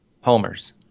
homers